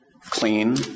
clean